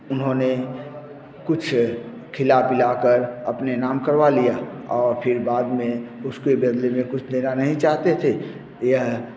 उन्होंने कुछ खिला पीला कर अपने नाम करवा लिया और फिर बाद में उसके बदले में कुछ लेना नहीं चाहते थे यह